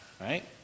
right